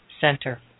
Center